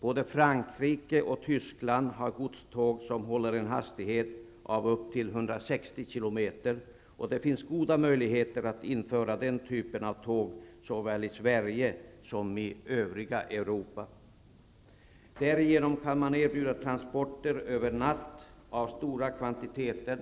Både i Frankrike och i Tyskland har man godståg som håller en hastighet av upp till 160 km i timmen, och det finns goda möjligheter att införa den typen av tåg såväl i Sverige som i övriga Europa. Därigenom kan man erbjuda transporter över en natt av stora kvantiteter.